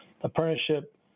Apprenticeship